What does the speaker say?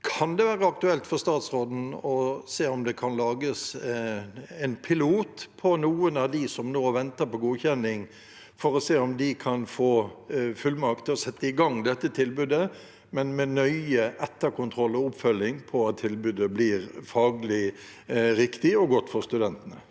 Kan det være aktuelt for statsråden å se om det kan lages en pilot på noen av dem som nå venter på godkjenning, for å se om de kan få fullmakt til å sette i gang dette tilbudet, men med nøye etterkontroll og oppfølging av at tilbudet blir faglig riktig og godt for studentene?